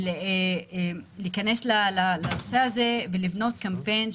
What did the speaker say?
אשאל לגבי העיר שלי,